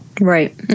Right